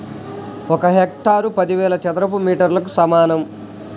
ఒక హెక్టారు పదివేల చదరపు మీటర్లకు సమానం